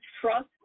trust